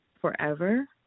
forever